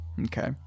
Okay